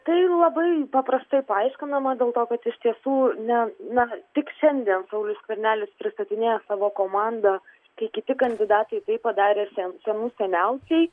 tai labai paprastai paaiškinama dėl to kad iš tiesų ne na tik šiandien saulius skvernelis pristatinėja savo komandą kai kiti kandidatai tai padarė senų seniausiai